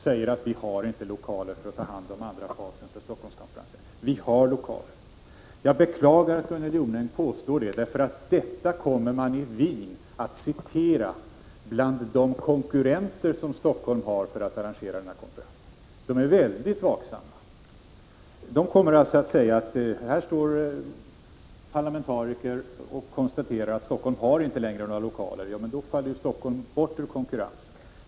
Hon säger att vi har inte lokaler för att ta hand om den andra fasen av Stockholmskonferensen. Vi har lokaler. Jag beklagar att Gunnel Jonäng påstår att så inte är fallet — detta kommer man i Wien att citera bland de konkurrenter som Stockholm har för att arrangera konferensen. De är mycket vaksamma. De kommer att säga att parlamentariker i Stockholm har konstaterat att Stockholm inte längre har några lokaler — då faller Stockholm bort ur konkurrensen.